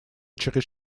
через